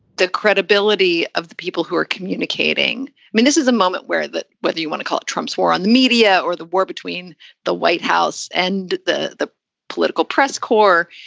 the credibility of the people who are communicating. i mean, this is a moment where that whether you want to call it trumps war on the media or the. between the white house and the the political press corps.